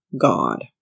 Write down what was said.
God